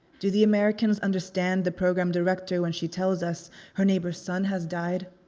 do the americans understand the program director when she tells us her neighbor's son has died?